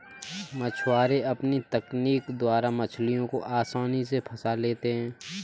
मछुआरे अपनी तकनीक द्वारा मछलियों को आसानी से फंसा लेते हैं